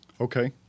Okay